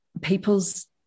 people's